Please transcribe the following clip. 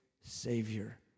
savior